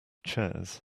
chairs